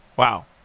wow!